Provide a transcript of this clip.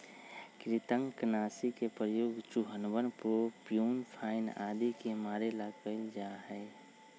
कृन्तकनाशी के प्रयोग चूहवन प्रोक्यूपाइन आदि के मारे ला कइल जा हई